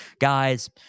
guys